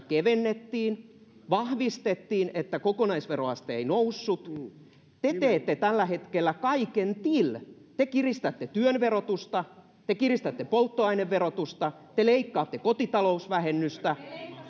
kevennettiin vahvistettiin että kokonaisveroaste ei noussut te teette tällä hetkellä kaiken till te kiristätte työn verotusta te kiristätte polttoaineverotusta te leikkaatte kotitalousvähennystä